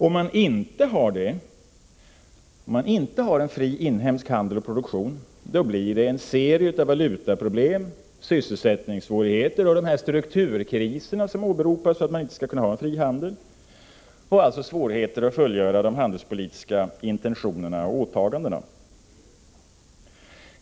Om man inte har en fri inhemsk handel och produktion blir det en serie av valutaproblem, sysselsättningssvårigheter och de strukturkriser som åberopas för att man inte skall kunna ha en fri handel och alltså svårigheter att fullfölja de handelspolitiska intentionerna och åtagandena.